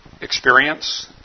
experience